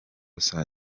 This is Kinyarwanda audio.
saa